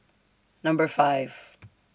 Number five